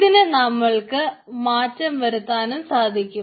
ഇതിന് നമ്മൾക്ക് മാറ്റം വരുത്താനും സാധിക്കും